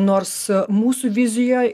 nors mūsų vizijoj